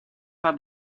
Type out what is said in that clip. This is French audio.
pas